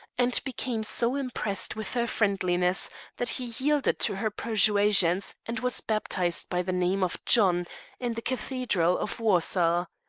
and became so impressed with her friendliness that he yielded to her persuasions, and was baptized by the name of john in the cathedral of warsaw.